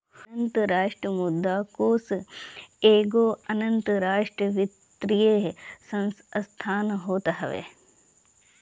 अंतरराष्ट्रीय मुद्रा कोष एगो अंतरराष्ट्रीय वित्तीय संस्थान होत हवे